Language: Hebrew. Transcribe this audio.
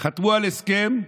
חתמו על הסכם,